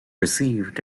received